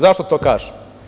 Zašto to kažem?